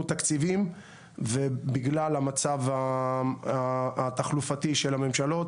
תקציבים ובגלל המצב התחלופתי של הממשלות,